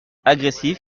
agressif